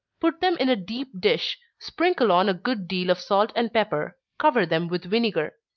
put them in a deep dish sprinkle on a good deal of salt and pepper cover them with vinegar.